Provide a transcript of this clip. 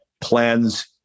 plans